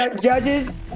Judges